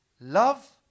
Love